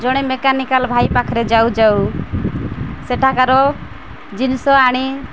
ଜଣେ ମେକାନିକାଲ ଭାଇ ପାଖରେ ଯାଉ ଯାଉ ସେଠାକାର ଜିନିଷ ଆଣି